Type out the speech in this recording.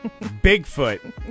Bigfoot